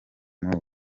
muri